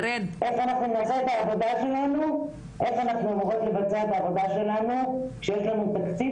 איך אנחנו אמורות לבצע את העבודה שלנו כשיש לנו תקציב